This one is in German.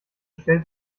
stellt